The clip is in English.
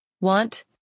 want